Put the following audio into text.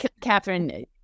Catherine